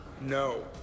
No